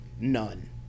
None